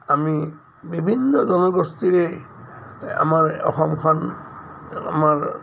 আমি বিভিন্ন জনগোষ্ঠীৰে আমাৰ অসমখন আমাৰ